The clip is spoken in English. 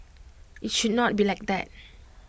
IT should not be like that